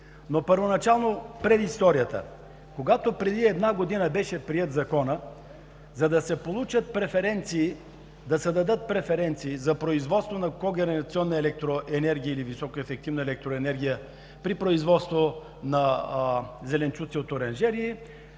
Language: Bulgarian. Но първоначално предисторията. Когато преди една година беше приет Законът, за да се дадат преференции за производство на когенерационна електроенергия или високоефективна електроенергия при производство на зеленчуци от оранжерии,